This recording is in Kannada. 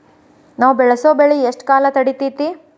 ನಾವು ಬೆಳಸೋ ಬೆಳಿ ಎಷ್ಟು ಕಾಲ ತಡೇತೇತಿ?